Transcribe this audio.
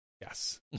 Yes